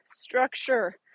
structure